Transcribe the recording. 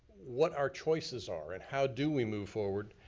what our choices are, and how do we move forward.